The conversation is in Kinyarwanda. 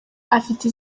afite